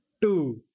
two